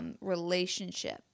relationship